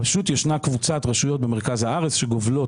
יש קבוצת רשויות במרכז הארץ שגובלות